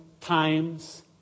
times